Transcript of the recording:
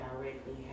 directly